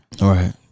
Right